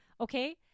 Okay